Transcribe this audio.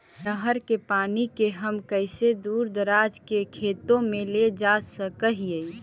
नहर के पानी के हम कैसे दुर दराज के खेतों में ले जा सक हिय?